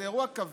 זה אירוע כבד,